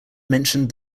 mentioned